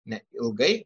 ne ilgai